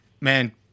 man